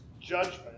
judgment